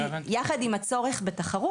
יחד עם הצורך בתחרות,